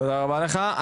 תודה רבה לך.